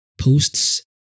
posts